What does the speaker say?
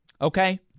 Okay